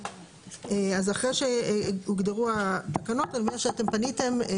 אז אחרי שהוגדרו התקנות, אני מבינה שאתן פניתן,